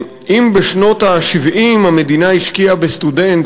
אם בשנות ה-70 המדינה השקיעה בסטודנט